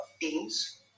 teams